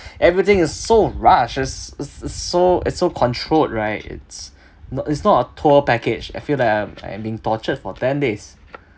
everything is so rush it's it's it's so it's so controlled right it's not it's not a tour package I feel that I'm I'm being tortured for ten days